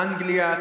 אנגליה,